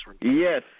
Yes